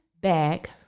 back